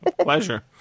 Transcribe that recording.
pleasure